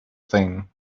thing